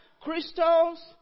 crystals